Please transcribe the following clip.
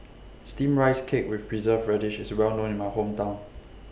Steamed Rice Cake with Preserved Radish IS Well known in My Hometown